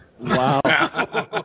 Wow